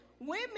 women